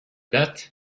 debt